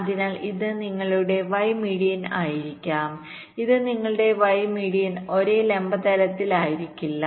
അതിനാൽ ഇത് നിങ്ങളുടെ വൈ മീഡിയൻ ആയിരിക്കാം ഇത് നിങ്ങളുടെ വൈ മീഡിയൻഒരേ ലംബ തലത്തിൽ ആയിരിക്കില്ല